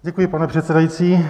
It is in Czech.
Děkuji, pane předsedající.